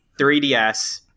3DS